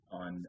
on